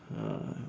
ah